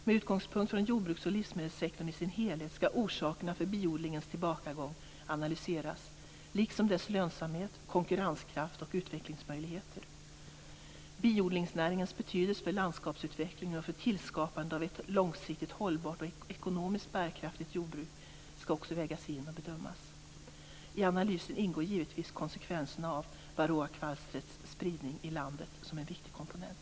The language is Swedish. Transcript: Med utgångspunkt från jordbruks och livsmedelssektorn i sin helhet skall orsakerna för biodlingens tillbakagång analyseras liksom dess lönsamhet, konkurrenskraft och utvecklingsmöjligheter. Biodlingsnäringens betydelse för landskapsutvecklingen och för tillskapandet av ett långsiktigt hållbart och ekonomiskt bärkraftigt jordbruk skall också vägas in och bedömas. I analysen ingår givetvis konsekvenserna av varroakvalstrets spridning i landet som en viktig komponent.